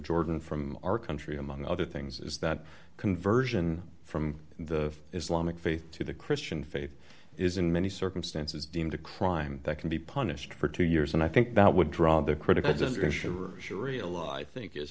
jordan from our country among other things is that conversion from the islamic faith to the christian faith is in many circumstances deemed a crime that can be punished for two years and i think that would draw the critical